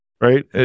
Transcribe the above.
right